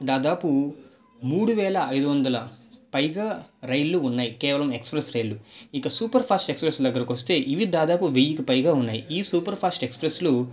దాదాపు మూడు వేల ఐదువందల పైగా రైళ్లు ఉన్నాయి కేవలం ఎక్స్ప్రెస్ రైళ్లు ఇంకా సూపర్ ఫాస్ట్ ఎక్స్ప్రెస్ దగ్గరకు వస్తే ఇవి దాదాపు వెయ్యికి పైగా ఉన్నాయి ఈ సూపర్ ఫాస్ట్ ఎక్స్ప్రెస్లు